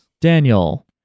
Daniel